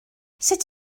sut